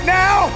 now